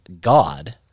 God—